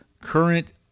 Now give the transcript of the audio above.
current